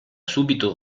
subito